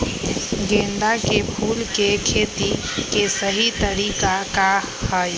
गेंदा के फूल के खेती के सही तरीका का हाई?